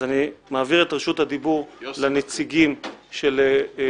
אז אני מעביר את רשות הדיבור לנציגים של המתמחים.